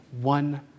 one